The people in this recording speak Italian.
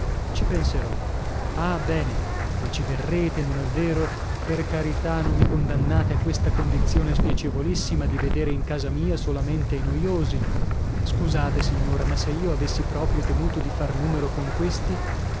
ci penserò ah bene ma ci verrete non è vero per carità non mi condannate a questa condizione spiacevolissima di vedere in casa mia solamente i noiosi scusate signora ma se io avessi proprio temuto di far numero con questi